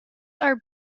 are